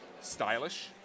stylish